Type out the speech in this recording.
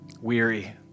Weary